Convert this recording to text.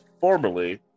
formerly